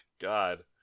God